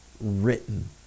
written